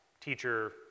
teacher